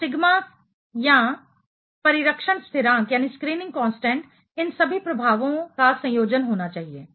तो सिग्मा या परिरक्षण स्थिरांक स्क्रीनिंग कांस्टेंट इन सभी प्रभावों का संयोजन होना चाहिए